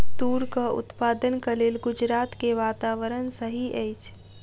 तूरक उत्पादनक लेल गुजरात के वातावरण सही अछि